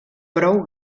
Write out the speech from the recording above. prou